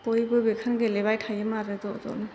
बयबो बेखौनो गेलेबाय थायोमोन आरो ज' ज'नो